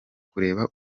kureba